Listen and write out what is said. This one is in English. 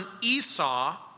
Esau